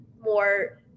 more